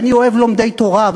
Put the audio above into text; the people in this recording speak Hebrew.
ואני אוהב לומדי תורה,